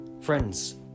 Friends